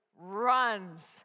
runs